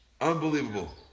Unbelievable